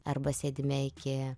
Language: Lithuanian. arba sėdime iki